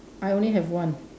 I only have one